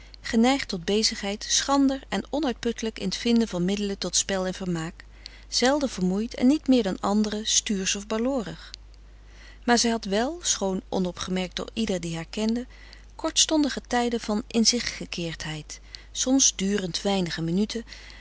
geneigd tot bezigheid schrander en onuitputtelijk in t vinden van middelen tot spel en vermaak zelden vermoeid en niet meer dan anderen stuursch of baloorig maar zij had wel schoon onopgemerkt door ieder die haar kende kortstondige tijden van inzich gekeerdheid soms durend weinige minuten